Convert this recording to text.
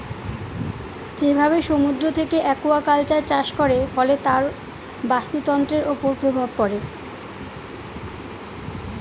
যেভাবে সমুদ্র থেকে একুয়াকালচার চাষ করে, ফলে তার বাস্তুতন্ত্রের উপর প্রভাব পড়ে